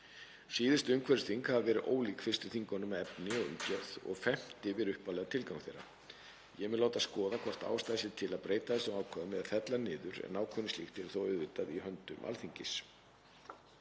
Síðustu umhverfisþing hafa verið ólík fyrstu þingunum að efni og umgjörð og fennt yfir upphaflegan tilgang þeirra. Ég mun láta skoða hvort ástæða sé til að breyta þessum ákvæðum eða fella niður, en ákvörðun um slíkt yrði þó auðvitað í höndum Alþingis.